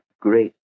great